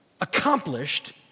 accomplished